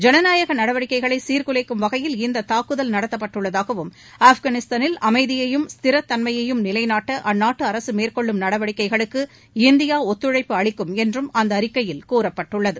ஜனநாயக நடவடிக்கைகளை சீர்குலைக்கும் வகையில் இந்த தாக்குதல் நடத்தப்பட்டுள்ளதாகவும் ஆப்காளிஸ்தானில் அமைதியையும் ஸ்திரத்தன்மயையும் நிலைநாட்ட அந்நாட்டு அரசு மேற்கொள்ளும் நடவடிக்கைகளுக்கு இந்தியா ஒத்துழைப்பு அளிக்கும் என்றும் அந்த அறிக்கையில் கூறப்பட்டுள்ளது